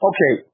Okay